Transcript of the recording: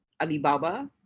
Alibaba